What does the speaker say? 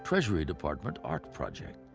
treasury department art project.